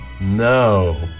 No